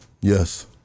Yes